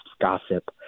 gossip